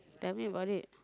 tell me about it